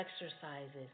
exercises